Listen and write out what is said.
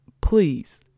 please